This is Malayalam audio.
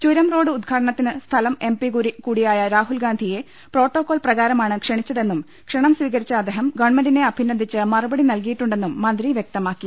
ചുരം റോഡ് ഉദ്ഘാടനത്തിന് സ്ഥലം എം പി കൂടിയായ രാഹുൽ ഗാന്ധിയെ പ്രോട്ടോകോൾ പ്രകാരമാണ് ക്ഷണിച്ചതെന്നും ക്ഷണം സ്വീകരിച്ച അദ്ദേഹം ഗവൺമെന്റിനെ അഭിനന്ദിച്ച് മറുപടി നല്കിയിട്ടുണ്ടെന്നും മന്ത്രി വൃക്തമാക്കി